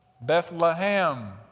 Bethlehem